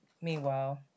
Meanwhile